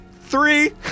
Three